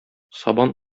сабан